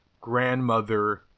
grandmother